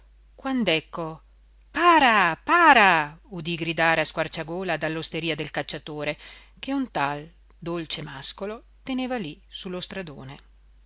quand'ecco para para udì gridare a squarciagola dall'osteria del cacciatore che un tal dolcemàscolo teneva lì su lo stradone